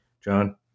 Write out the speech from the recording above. John